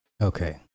Okay